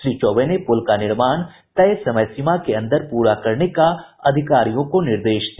श्री चौबे ने पुल का निर्माण तय समय सीमा के अंदर पूरा करने का अधिकारियों को निर्देश दिया